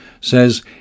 says